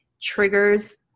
triggers